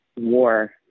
war